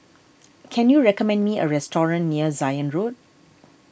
can you recommend me a restaurant near Zion Road